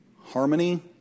harmony